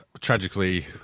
tragically